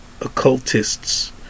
occultists